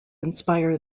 inspire